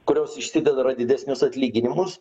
kurios išsidera didesnius atlyginimus